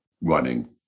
Running